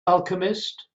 alchemist